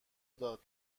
داد